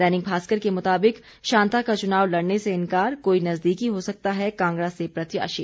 दैनिक भास्कर के मुताबिक शांता का चुनाव लड़ने से इन्कार कोई नजदीकी हो सकता है कांगड़ा से प्रत्याशी